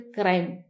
crime